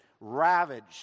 ravaged